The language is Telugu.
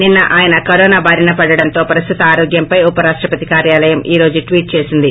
నిన్న ఆయన కరోనా బారిన పడటంతో ప్రస్తుత ఆరోగ్యంపై ఉప రాష్టపతి కార్యాలయం ఈ రోజు ట్వీట్ చేసింది